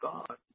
God